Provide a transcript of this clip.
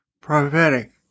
prophetic